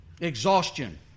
Exhaustion